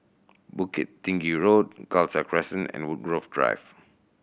Bukit Tinggi Road Khalsa Crescent and Woodgrove Drive